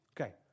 Okay